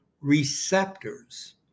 receptors